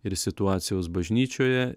ir situacijos bažnyčioje